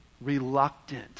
reluctant